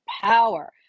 power